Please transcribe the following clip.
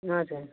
हजुर